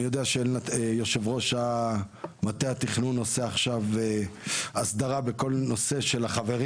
אני יודע שיושב-ראש מטה התכנון עושה עכשיו הסדרה בכל הנושא של החברים.